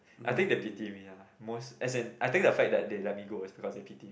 I think they pity me lah most as in I think the fact that they let me go because they pity me